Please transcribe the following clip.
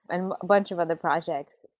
and a bunch of other projects.